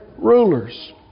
rulers